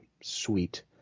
sweet